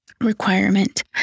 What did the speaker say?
requirement